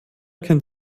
kennt